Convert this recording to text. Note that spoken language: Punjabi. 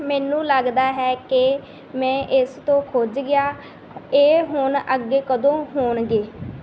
ਮੈਨੂੰ ਲਗਦਾ ਹੈ ਕਿ ਮੈਂ ਇਸ ਤੋਂ ਖੁੰਝ ਗਿਆ ਇਹ ਹੁਣ ਅੱਗੇ ਕਦੋਂ ਹੋਣਗੇ